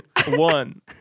One